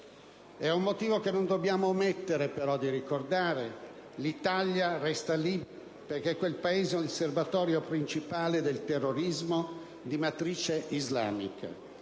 E' un motivo che non dobbiamo omettere però di ricordare: l'Italia resta lì, perché quel Paese è il serbatoio principale del terrorismo di matrice islamica,